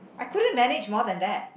I couldn't manage more than that